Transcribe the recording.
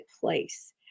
place